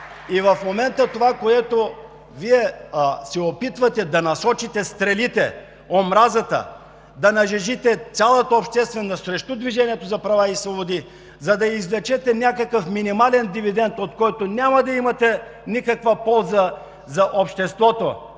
и в момента това, което Вие се опитвате – да насочите стрелите, омразата, да нажежите цялата общественост срещу „Движението за права и свободи“, за да извлечете някакъв минимален дивидент, от който няма да имате никаква полза за обществото,